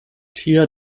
ĉia